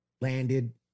landed